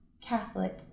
Catholic